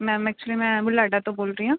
ma'am actually ਮੈਂ ਬੁਢਲਾਢਾ ਤੋਂ ਬੋਲ ਰਹੀ ਹਾਂ